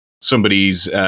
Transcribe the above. somebody's –